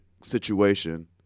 situation